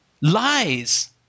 lies